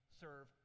serve